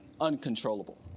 uncontrollable